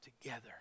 together